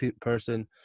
person